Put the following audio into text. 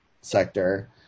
sector